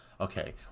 Okay